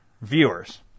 viewers